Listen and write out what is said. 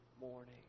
morning